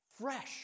fresh